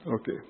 Okay